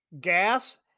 Gas